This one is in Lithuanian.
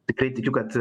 tikrai tikiu kad